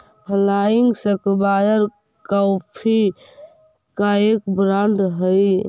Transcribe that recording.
flying square coffee का एक brand हई